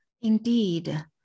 Indeed